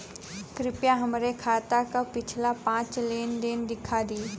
कृपया हमरे खाता क पिछला पांच लेन देन दिखा दी